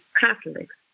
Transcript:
Catholics